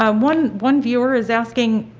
um one one viewer is asking,